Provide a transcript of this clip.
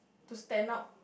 to stand up